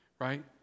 right